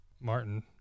martin